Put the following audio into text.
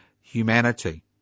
humanity